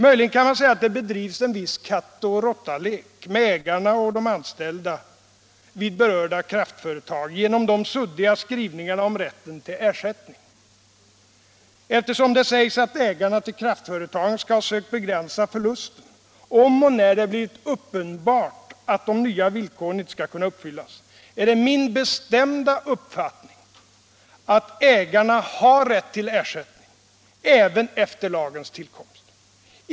Möjligen kan man säga att det bedrivs en viss kattoch råttalek med ägarna och de anställda vid de berörda kraftföretagen genom de suddiga skrivningarna om rätten till ersättning. Eftersom det sägs att ägarna till kraftföretagen skall ha sökt begränsa förlusten om och när det blivit ”uppenbart” att de nya villkoren inte skulle kunna uppfyllas, är det min bestämda uppfattning att ägarna har rätt till ersättning, även efter lagens tillkomst.